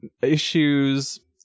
issues